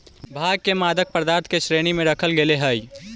भाँग के मादक पदार्थ के श्रेणी में रखल गेले हइ